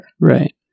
Right